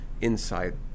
inside